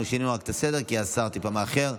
אנחנו שינינו את הסדר כי השר טיפה מאחר,